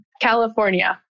California